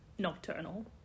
Nocturnal